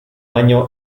año